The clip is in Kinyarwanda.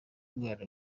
umwana